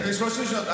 רגע, תן לי 30 שניות.